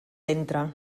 entra